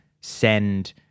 send